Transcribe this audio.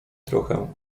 trochę